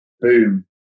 boom